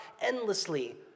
endlessly